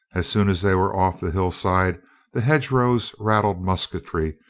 as soon as they were off the hillside the hedge rows rattled musketry,